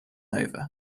over